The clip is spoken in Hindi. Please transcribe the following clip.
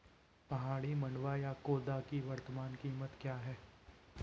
पहाड़ी मंडुवा या खोदा की वर्तमान कीमत क्या है?